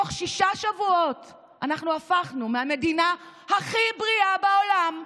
תוך שישה שבועות הפכנו מהמדינה הכי בריאה בעולם,